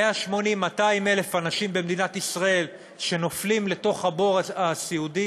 180,000 200,000 אנשים במדינת ישראל שנופלים לתוך הבור הסיעודי